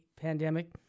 pandemic